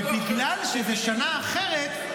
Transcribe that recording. ובגלל שזו שנה אחרת,